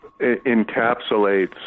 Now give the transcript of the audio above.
encapsulates